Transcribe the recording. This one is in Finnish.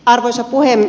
arvoisa puhemies